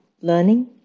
learning